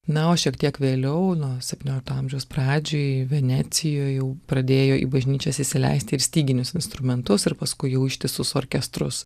na o šiek tiek vėliau nuo septyniolikto amžiaus pradžioj venecijoj jau pradėjo į bažnyčias įsileisti ir styginius instrumentus ir paskui jau ištisus orkestrus